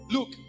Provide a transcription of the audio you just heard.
Look